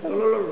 לא, לא,